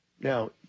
Now